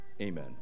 Amen